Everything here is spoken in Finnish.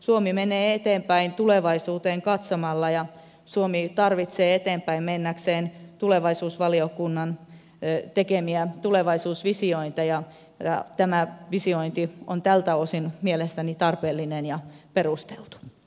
suomi menee eteenpäin tulevaisuuteen katsomalla ja suomi tarvitsee eteenpäin mennäkseen tulevaisuusvaliokunnan tekemiä tulevaisuusvisiointeja ja tämä visiointi on tältä osin mielestäni tarpeellinen ja perusteltu